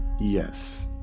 Yes